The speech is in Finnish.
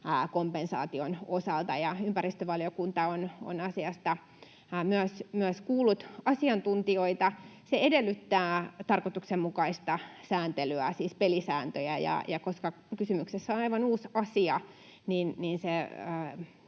kompensaation osalta. Ympäristövaliokunta on asiasta myös kuullut asiantuntijoita. Se edellyttää tarkoituksenmukaista sääntelyä, siis pelisääntöjä, ja koska kysymyksessä on aivan uusi asia,